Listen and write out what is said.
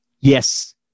Yes